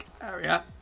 area